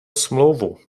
smlouvu